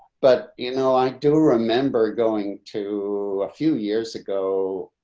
but you know, i do remember going to a few years ago,